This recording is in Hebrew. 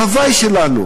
להווי שלנו,